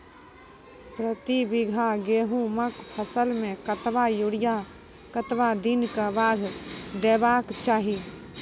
प्रति बीघा गेहूँमक फसल मे कतबा यूरिया कतवा दिनऽक बाद देवाक चाही?